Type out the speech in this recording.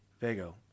Vago